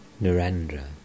Narendra